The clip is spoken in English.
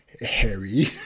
Harry